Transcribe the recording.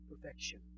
perfection